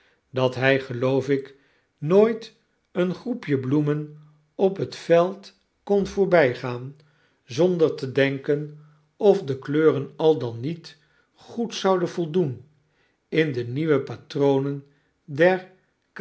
dat hy geloof ik nooit een groepje bloemen op het veld kon voorbygaan zonder te denken of de kleuren al dan niet goed zouden voldoen in de nieuwe patronen der